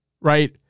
Right